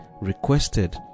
requested